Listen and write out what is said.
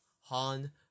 Han